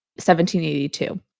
1782